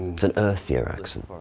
it's an earthier accent.